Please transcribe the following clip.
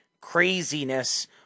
craziness